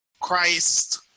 Christ